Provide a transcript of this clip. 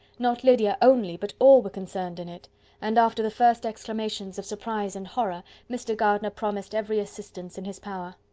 not lydia only, but all were concerned in it and after the first exclamations of surprise and horror, mr. gardiner promised every assistance in his power.